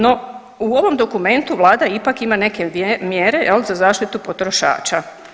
No, u ovom dokumentu Vlada ipak ima neke mjere za zaštitu potrošača.